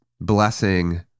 blessing